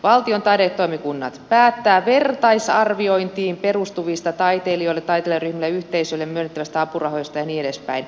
valtion taidetoimikunnat päättävät vertaisarviointiin perustuvista taiteilijoille taiteilijaryhmille ja yhteisöille myönnettävistä apurahoista ja niin edelleen